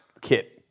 kit